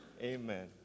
Amen